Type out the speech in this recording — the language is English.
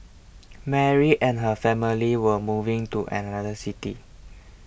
Mary and her family were moving to another city